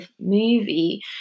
movie